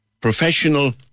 Professional